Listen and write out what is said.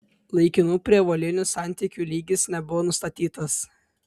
laikinų prievolinių santykių lygis nebuvo nustatytas